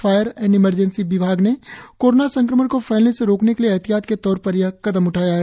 fire and emergency विभाग ने corona संक्रमण को फैलने से रोकने के लिए ऐहतियात के तौर पर यह कदम उठाया है